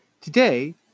Today